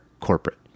corporate